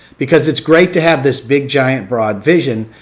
because it's great to have this big, giant, broad vision,